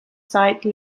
site